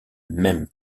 même